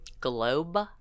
Globe